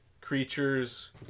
creatures